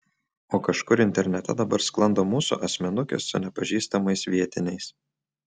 o kažkur internete dabar sklando mūsų asmenukės su nepažįstamais vietiniais